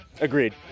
Agreed